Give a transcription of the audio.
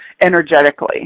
energetically